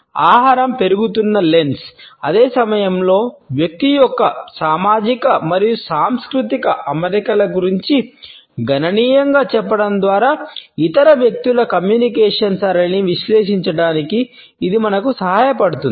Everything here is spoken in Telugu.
కాబట్టి ఆహారం పెరుగుతున్న లెన్స్ అదే సమయంలో వ్యక్తి యొక్క సామాజిక మరియు సాంస్కృతిక అమరికల గురించి గణనీయంగా చెప్పడం ద్వారా ఇతర వ్యక్తుల కమ్యూనికేషన్ సరళిని విశ్లేషించడానికి ఇది మనకు సహాయపడుతుంది